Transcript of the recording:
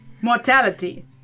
Mortality